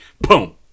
boom